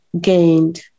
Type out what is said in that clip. gained